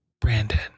Brandon